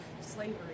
slavery